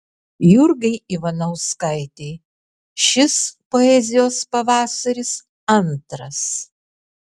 jurgai ivanauskaitei šis poezijos pavasaris antras